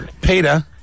Peter